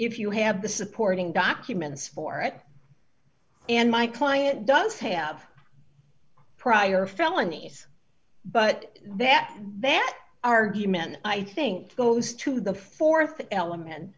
if you have the supporting documents for it and my client does have prior felonies but that their argument i think goes to the th element